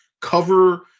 cover